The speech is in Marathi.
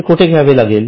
ते कुठे घ्यावे लागेल